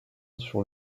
sur